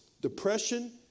depression